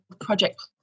project